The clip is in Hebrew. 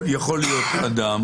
יכול להיות אדם